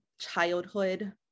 childhood